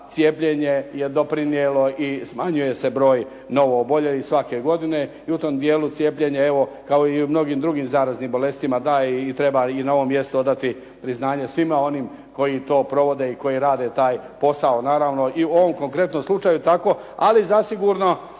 cijepljenje je doprinijelo i smanjuje se broj novooboljelih svake godine i u tom dijelu cijepljenje evo kao i u mnogim drugim zaraznim bolestima daje, treba i na ovom mjestu odati priznanje svima onima koji to provode i koji rade taj posao. I u ovom konkretnom slučaju tako, ali zasigurno